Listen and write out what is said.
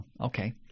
okay